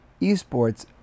esports